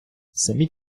самі